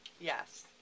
Yes